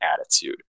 attitude